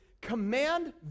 command